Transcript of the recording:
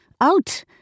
out